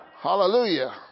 Hallelujah